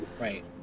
Right